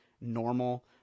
normal